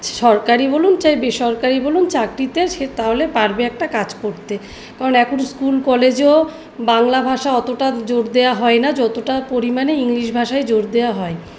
সরকারি বলুন ছাই বেসরকারি বলুন চাকরিতে সে তাহলে পারবে একটা কাজ করতে কারণ এখন স্কুল কলেজেও বাংলা ভাষা ওতটা জোর দেয়া হয় না যতটা পরিমাণে ইংলিশ ভাষায় জোর দেওয়া হয়